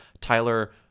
Tyler